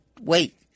wait